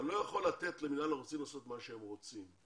אתה לא יכול לתת לרשות האוכלוסין לעשות מה שהם רוצים.